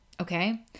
okay